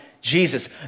Jesus